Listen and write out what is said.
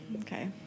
okay